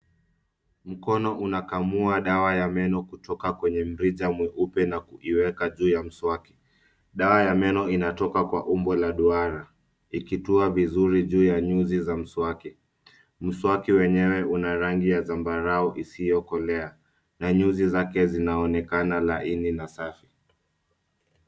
Mkono unakamua dawa ya meno kutoka kwenye mrija mweupe na kuiweka juu ya mswaki. Dawa ya meno inatoka kwa umbo la duara. Ikitua vizuri juu ya nyuzi za mswaki. Mswaki wenyewe una rangi ya zambarau isiyokolea, na nyuzi zake zinaonekana laini na safi.